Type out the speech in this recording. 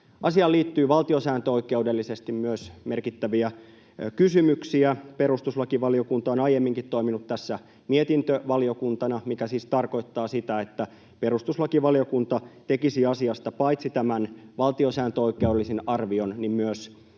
Asiaan liittyy myös valtiosääntöoikeudellisesti merkittäviä kysymyksiä. Perustuslakivaliokunta on aiemminkin toiminut tässä mietintövaliokuntana, mikä siis tarkoittaa sitä, että perustuslakivaliokunta paitsi tekisi asiasta tämän valtiosääntöoikeudellisen arvion myös